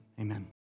Amen